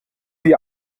die